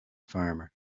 farmer